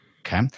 okay